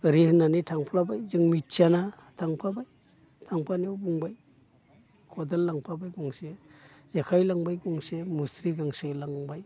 ओरै होननानै थांफ्लाबाय जों मिथियाना थांफाबाय थांफानायाव बुंबाय खदाल लांफाबाय गंसे जेखाइ लांबाय गंसे मुस्रि गांसे लांबाय